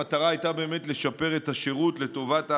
המטרה הייתה באמת לשפר את השירות לטובת האסירים,